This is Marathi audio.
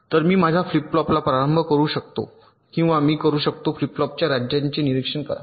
तर मी माझ्या फ्लिप फ्लॉपला प्रारंभ करू शकतो किंवा मी करू शकतो फ्लिप फ्लॉपच्या राज्यांचे निरीक्षण करा